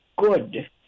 good